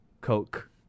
coke